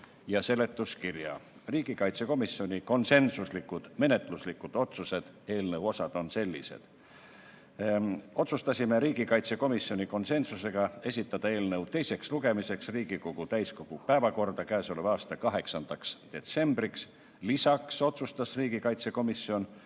ja seletuskirja. Riigikaitsekomisjoni konsensuslikud menetluslikud otsused on sellised. Otsustasime riigikaitsekomisjoni konsensusega esitada eelnõu teiseks lugemiseks Riigikogu täiskogu päevakorda k.a 8. detsembriks. Lisaks otsustas riigikaitsekomisjon